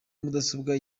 mudasobwa